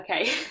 okay